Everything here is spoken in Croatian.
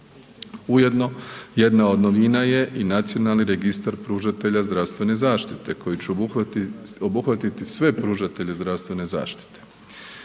Ujedno jedna od novina je i Nacionalni registar pružatelja zdravstvene zaštite koji će obuhvatiti sve pružatelje zdravstvene zaštite.